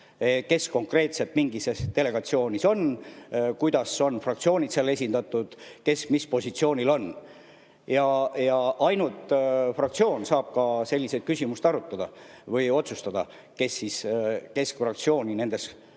kes konkreetselt mingis delegatsioonis on, kuidas fraktsioonid on seal esindatud ja kes mis positsioonil on. Ainult fraktsioon saab selliseid küsimusi arutada või otsustada, kes keskfraktsiooni nendes delegatsioonides